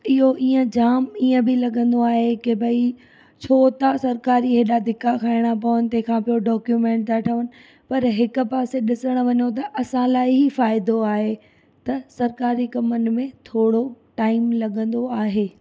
इहो इअं जाम इअं बि लॻंदो आहे की भई छो तव्हां सरकारी हेॾा धिका खाइणा पवनि तंहिं खां पोइ डॉक्यूमेंट था ठहनि पर हिकु पासे ॾिसण वञूं त असां लाइ ई फ़ाइदो आहे त सरकारी कमनि में थोरो टाइम लॻंदो आहे